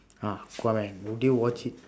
ah aquaman> would you watch it